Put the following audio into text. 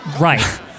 right